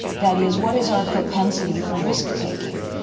that is what is our propensity for risk-taking?